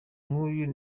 nk’uyu